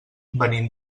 venim